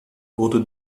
wurde